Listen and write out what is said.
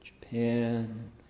Japan